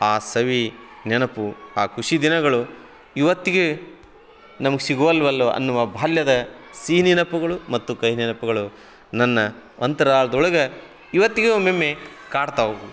ಆ ಸವಿ ನೆನಪು ಆ ಖುಷಿ ದಿನಗಳು ಇವತ್ತಿಗೂ ನಮ್ಗೆ ಸಿಗುವಲ್ಲವಲ್ಲೋ ಅನ್ನುವ ಬಾಲ್ಯದ ಸಿಹಿ ನೆನಪುಗಳು ಮತ್ತು ಕಹಿ ನೆನಪುಗಳು ನನ್ನ ಅಂತರಾಳದೊಳಗೆ ಇವತ್ತಿಗೂ ಒಮ್ಮೊಮ್ಮೆ ಕಾಡ್ತಾವವು